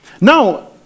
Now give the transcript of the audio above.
Now